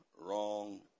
wrong